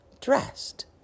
dressed